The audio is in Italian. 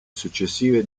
successive